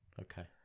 Okay